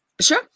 Sure